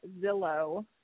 Zillow